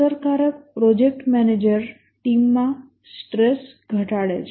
અસરકારક project manager ટીમમાં stress ઘટાડે છે